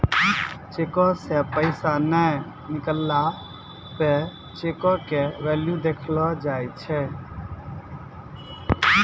चेको से पैसा नै निकलला पे चेको के भेल्यू देखलो जाय छै